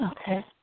Okay